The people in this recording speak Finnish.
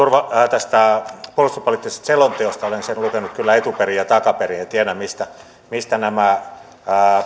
tästä puolustuspoliittisesta selonteosta olen sen lukenut kyllä etuperin ja takaperin ja tiedän mistä mistä nämä